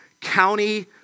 county